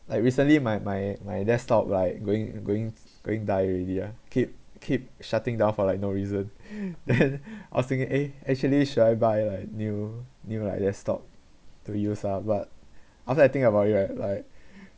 like recently my my my desktop like going going going die already ah keep keep shutting down for like no reason then I was thinking eh actually should I buy like new new like desktop to use lah but after I think about it right like